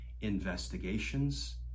investigations